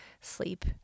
sleep